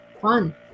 fun